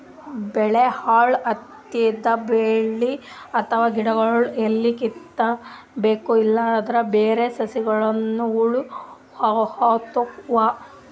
ಭಾಳ್ ಹುಳ ಹತ್ತಿದ್ ಬೆಳಿ ಅಥವಾ ಗಿಡಗೊಳ್ದು ಎಲಿ ಕಿತ್ತಬೇಕ್ ಇಲ್ಲಂದ್ರ ಬ್ಯಾರೆ ಸಸಿಗನೂ ಹುಳ ಹತ್ಕೊತಾವ್